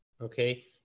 okay